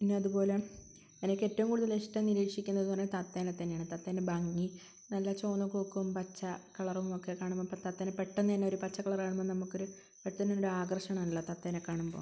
പിന്നെ അതുപോലെ എനിക്ക് ഏറ്റവും കൂടുതൽ ഇഷ്ടം നിരീക്ഷിക്കുന്നതെന്നു പറഞ്ഞാൽ തത്തേനെ തന്നെയാണ് തത്തേനെ ഭംഗി നല്ല ചുവന്ന കൊക്കും പച്ച കളറുമൊക്കെ കാണുമ്പം തത്തേനെ പെട്ടന്ന് തന്നെ ഒരു പച്ച കളറ് കാണുമ്പം നമുക്കൊരു പെട്ടന്ന് ഒരു ആകർഷണം ഉണ്ടാകുലോ തത്തേനെ കാണുമ്പോൾ